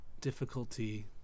difficulty